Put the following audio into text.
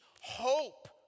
Hope